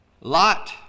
Lot